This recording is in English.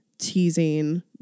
teasing